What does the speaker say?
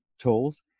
tools